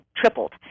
tripled